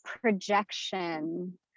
projection